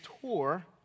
tour